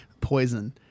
poison